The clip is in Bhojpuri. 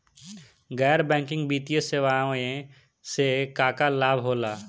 गैर बैंकिंग वित्तीय सेवाएं से का का लाभ होला?